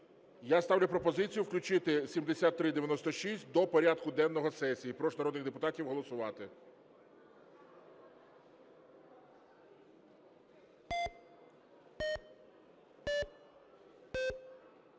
Я ставлю пропозицію включити 7396 до порядку денного сесії і прошу народних депутатів голосувати.